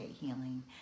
healing